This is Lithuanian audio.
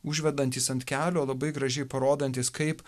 užvedantys ant kelio labai gražiai parodantys kaip